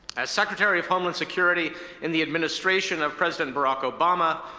as secretary of homeland security in the administration of president barack obama,